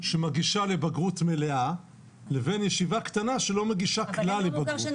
שמגישה לבגרות מלאה לבין ישיבה קטנה שלא מגישה כלל לבגרות.